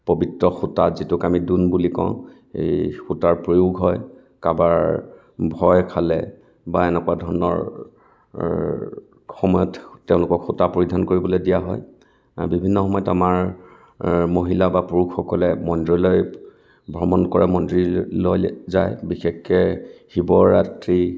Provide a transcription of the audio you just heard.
পৱিত্ৰ সূতা যিটোক আমি দোল বুলি কওঁ সেই সূতাৰ প্ৰয়োগ হয় কাৰোবাৰ ভয় খালে বা এনেকুৱা ধৰণৰ সময়ত তেওঁলোকক সূতা পৰিধান কৰিবলৈ দিয়া হয় আৰু বিভিন্ন সময়ত আমাৰ মহিলা বা পুৰুষসকলে মন্দিৰলৈ ভ্ৰমণ কৰে মন্দিৰলৈ যায় বিশেষকে শিৱৰাত্ৰি